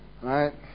Right